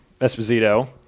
Esposito